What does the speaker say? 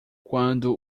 quando